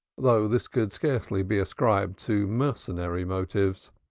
though this could scarcely be ascribed to mercenary motives.